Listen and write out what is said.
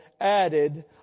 added